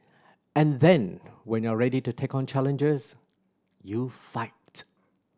and then when you're ready to take on challenges you fight